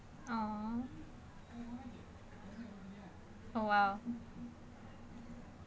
oh oh !wow!